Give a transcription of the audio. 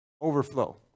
overflow